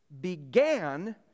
began